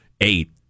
eight